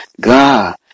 God